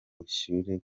ushyire